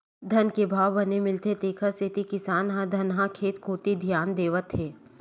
धान के भाव बने मिलथे तेखर सेती किसान ह धनहा खेत कोती धियान देवत हे